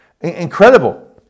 Incredible